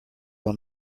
will